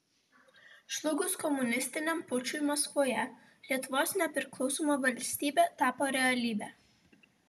žlugus komunistiniam pučui maskvoje lietuvos nepriklausoma valstybė tapo realybe